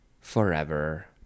forever